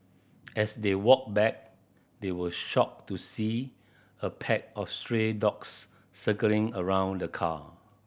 as they walked back they were shocked to see a pack of stray dogs circling around the car